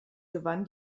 gewann